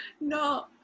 no